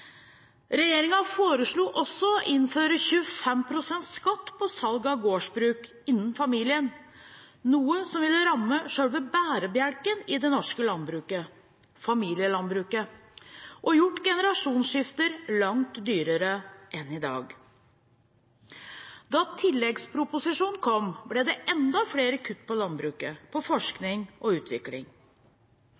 foreslo også å innføre 25 pst. skatt på salg av gårdsbruk innen familien, noe som ville ha rammet selve bærebjelken i det norske landbruket, familielandbruket, og gjort generasjonsskifter langt dyrere enn i dag. Da tilleggsproposisjonen kom, ble det enda flere kutt på landbruket, på forskning og utvikling.